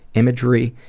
imagery,